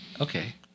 Okay